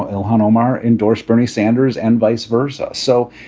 ah linamar endorsed bernie sanders and vice versa. so,